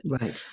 Right